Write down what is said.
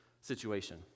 situation